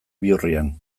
bihurrian